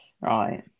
Right